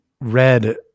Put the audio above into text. read